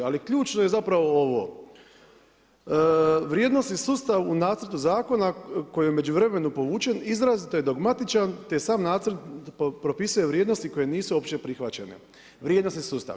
Ali, ključno je zapravo ovo, vrijednost i sustav u nacrtu zakona, koji je u međuvremenu povučen, izrazito je dogmatičan te sam nacrt propisuje vrijednosti koje nisu opće prihvaćene, vrijednost i sustav.